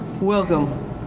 Welcome